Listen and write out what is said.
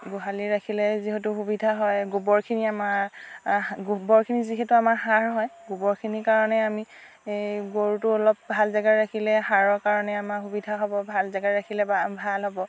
গোহালিত ৰাখিলে যিহেতু সুবিধা হয় গোবৰখিনি আমাৰ গোবৰখিনি যিহেতু আমাৰ সাৰ হয় গোবৰখিনিৰ কাৰণে আমি গৰুটো অলপ ভাল জাগাত ৰাখিলে সাৰৰ কাৰণে আমাৰ সুবিধা হ'ব ভাল জাগাত ৰাখিলে বা ভাল হ'ব